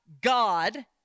God